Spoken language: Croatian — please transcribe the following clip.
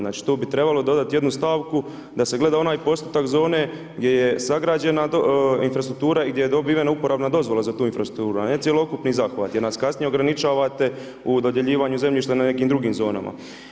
Znači tu bi trebalo dodati jednu stavku da se gleda onaj postotak zone gdje je sagrađena infrastruktura i gdje je dobivena uporabna dozvola za tu infrastrukturu, a ne cjelokupni zahvat jer nas kasnije ograničavate u dodjeljivanju zemljišta na nekim drugim zonama.